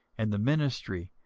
and the ministry,